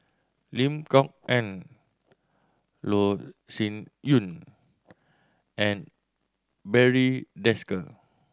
Lim Kok Ann Loh Sin Yun and Barry Desker